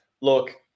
Look